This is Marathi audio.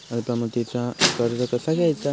अल्प मुदतीचा कर्ज कसा घ्यायचा?